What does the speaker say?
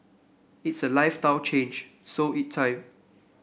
it's a lifestyle change so it time